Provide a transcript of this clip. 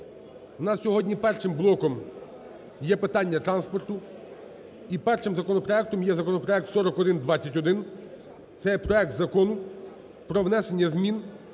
в нас сьогодні першим блоком є питання транспорту і першим законопроектом є законопроект 4121. Це є проект Закону про внесення змін